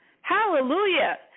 Hallelujah